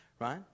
Right